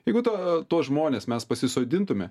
jeigu tu tuos žmones mes pasisodintume